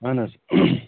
اہن حظ